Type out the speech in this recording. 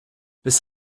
bis